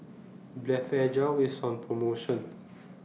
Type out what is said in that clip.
Blephagel IS on promotion